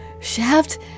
Shaft